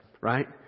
right